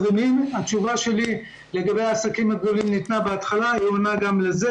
התשובה שלי לגבי העסקים הגדולים ניתנה בהתחלה והיא עונה גם לזה.